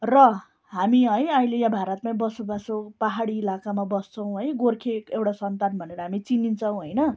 र हामी है अहिले यहाँ भारतमा बसोबासो पाहाडी इलाकामा बस्छौँ है गोर्खे एउटा सन्तान भनेर हामी चिनिन्छौँ होइन